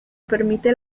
permite